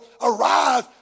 arise